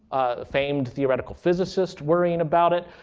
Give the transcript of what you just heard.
a famed theoretical physicist worrying about it.